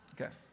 Okay